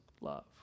love